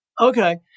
okay